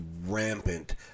rampant